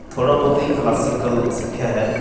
ਥੋੜ੍ਹਾ ਬਹੁਤ ਹੀ ਕਲਾਸੀਕਲ ਸਿੱਖਿਆ ਹੈ